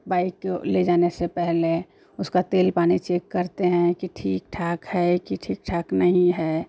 bike को ले जाने से पहले उसका तेल पानी चेक करते हैं कि ठीक ठाक है कि ठीक ठाक नहीं है